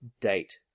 date